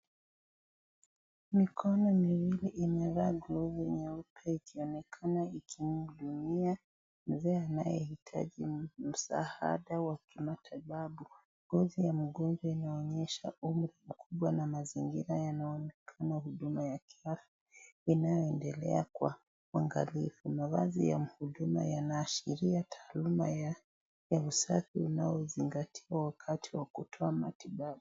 Mikono miwili imevaa glovu nyeupe ikionekana ikimhudumia mzee anayehitaji msaada wa kimatibabu. Ngozi ya mgonjwa inayosha umri kubwa na mazingira yanaonekana huduma ya kiafya inayoendela kwa uangalifu .Mavazi ya mhudumu yanaashiria taaluma ya usafi unaozingatiwa wakati wa kutoa matibabu.